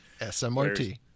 SMRT